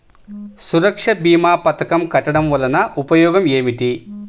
సురక్ష భీమా పథకం కట్టడం వలన ఉపయోగం ఏమిటి?